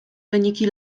wyniki